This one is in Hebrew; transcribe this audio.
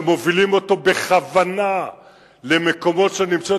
שמובילים אותו בכוונה למקומות שיש בהם